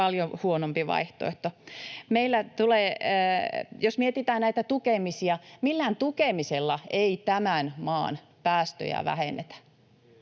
paljon huonompi vaihtoehto. Jos mietitään näitä tukemisia, millään tukemisella ei tämän maan päästöjä vähennetä.